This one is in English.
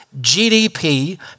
GDP